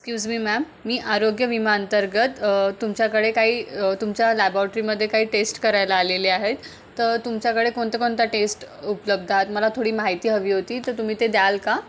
excuse me ma'am मी आरोग्य विमांतर्गत तुमच्याकडे काही तुमच्या लॅबॉट्रीमध्ये काही टेस्ट करायला आलेले आहेत तर तुमच्याकडे कोणत्या कोणत्या टेस्ट उपलब्ध आहेत मला थोडी माहिती हवी होती तर तुम्ही ते द्याल का